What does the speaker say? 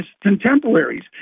contemporaries